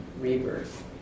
rebirth